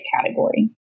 category